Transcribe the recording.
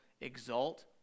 exalt